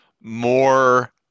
more